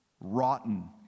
Rotten